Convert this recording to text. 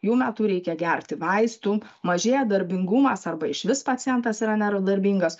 jų metu reikia gerti vaistų mažėja darbingumas arba išvis pacientas yra nedarbingas